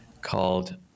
called